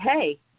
Hey